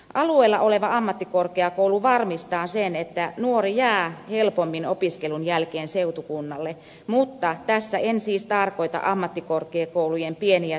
alueella oleva ammattikorkeakoulu varmistaa sen että nuori jää helpommin opiskelun jälkeen seutukunnalle mutta tässä en siis tarkoita ammattikorkeakoulujen pieniä sivutoimipisteitä